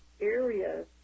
areas